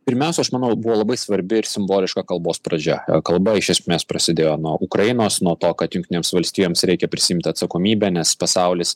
pirmiausia aš manau buvo labai svarbi ir simboliška kalbos pradžia kalba iš esmės prasidėjo nuo ukrainos nuo to kad jungtinėms valstijoms reikia prisiimt atsakomybę nes pasaulis